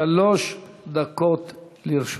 שלוש דקות לרשותך.